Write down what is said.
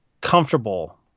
Comfortable